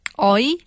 Oi